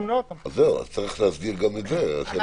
אז צריך להסדיר גם את זה.